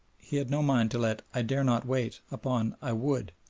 he had no mind to let i dare not wait upon i would,